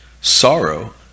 sorrow